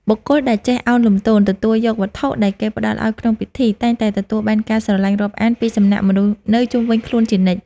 បុគ្គលដែលចេះឱនលំទោនទទួលយកវត្ថុដែលគេផ្តល់ឱ្យក្នុងពិធី តែងតែទទួលបានការស្រឡាញ់រាប់អានពីសំណាក់មនុស្សនៅជុំវិញខ្លួនជានិច្ច។